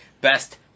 best